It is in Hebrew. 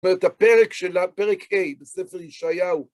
זאת אומרת, הפרק של ה... פרק ה' בספר ישעיהו.